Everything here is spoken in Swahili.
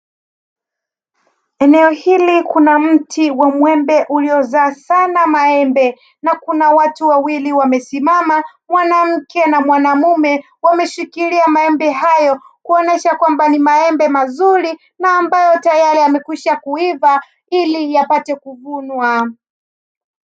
Eneo hili kuna mti wa mwembe uliozaa sana maembe, na kuna watu wawili wamesimama; mwanamke na mwanamume wameshikilia maembe hayo kuonesha kwamba ni maembe mazuri, na ambayo tayari yamekwisha kuiva ili yapate kuvunwa.